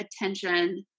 attention